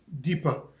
deeper